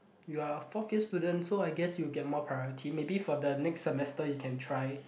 you're fourth year student so I guess you get more priority maybe for the next semester you can try